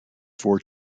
four